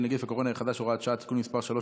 (נגיף הקורונה החדש) (הוראת שעה) (תיקון מס' 3),